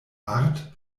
art